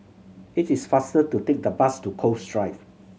it is faster to take the bus to Cove Drive